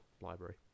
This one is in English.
library